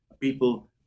people